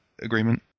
agreement